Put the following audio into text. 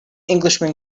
englishman